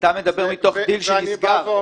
אתה מדבר מתוך דיל שנסגר.